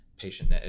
patient